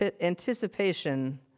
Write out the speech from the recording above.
Anticipation